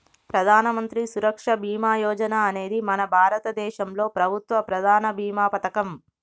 ప్రధానమంత్రి సురక్ష బీమా యోజన అనేది మన భారతదేశంలో ప్రభుత్వ ప్రధాన భీమా పథకం